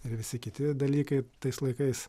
ir visi kiti dalykai tais laikais